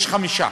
יש היום חמישה.